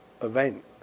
event